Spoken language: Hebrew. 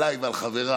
עליי ועל חבריי,